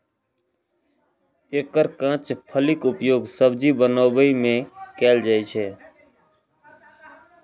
एकर कांच फलीक उपयोग सब्जी बनबै मे कैल जाइ छै